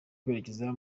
kwerekeza